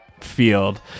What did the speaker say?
field